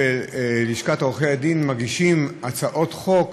כשלשכת עורכי הדין מגישה הצעות חוק